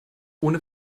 ohne